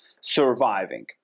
surviving